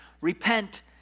Repent